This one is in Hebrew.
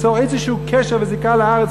בשביל ליצור איזה קשר וזיקה לארץ,